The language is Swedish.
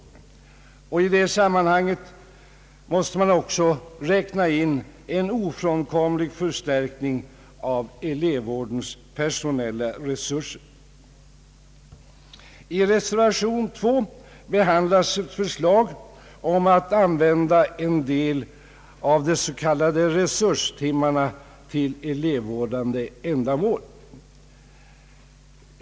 I detta sammanhang måste man också räkna in en ofrånkomlig förstärkning av elevvårdens personella resurser. I reservationen 2 behandlas ett förslag om att använda en del av de s.k. resurstimmarna till elevvårdande ändamål.